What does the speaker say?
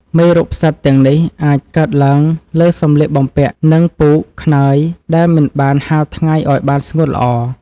មេរោគផ្សិតទាំងនេះអាចកើតឡើងលើសម្លៀកបំពាក់ និងពូក ខ្នើយ ដែលមិនបានហាលថ្ងៃឱ្យបានស្ងួតល្អ។